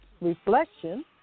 Reflection